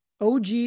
OG